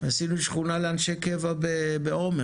עשינו שכונה לאנשי קבע בעומר.